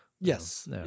yes